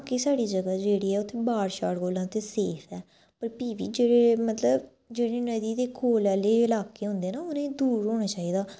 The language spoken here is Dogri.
बाकी साढ़ी जगह् जेह्ड़ी ऐ उत्थे बाड़ शाड़ कोला ते सेफ ऐ पर फ्ही बी जेह्ड़े मतलब जेह्ड़ी नदी दे कोल आह्ले इलाके होंदे न उनेंई दूर होना चाहिदा